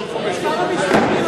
יושב פה שר המשפטים.